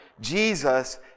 Jesus